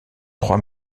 trois